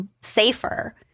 safer